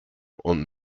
und